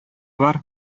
бар